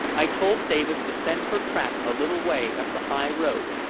i told davis to send her trap a little way up the high-road,